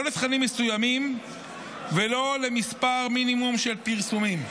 לא לתכנים מסוימים ולא למספר מינימום של פרסומים.